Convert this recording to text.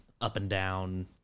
up-and-down